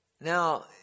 Now